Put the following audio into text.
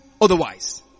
otherwise